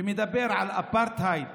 שמדבר על אפרטהייד,